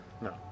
No